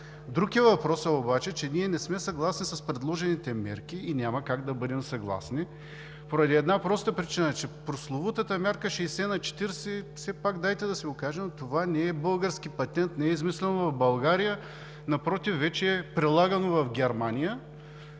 Друг е въпросът обаче, че ние не сме съгласни с предложените мерки и няма как да бъдем съгласни поради една проста причина – че прословутата мярка 60 на 40, дайте да си го кажем, това не е български патент, не е измислено в България, напротив, вече е прилагано в Германия